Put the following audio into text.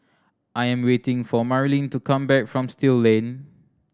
I am waiting for Marlene to come back from Still Lane